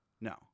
No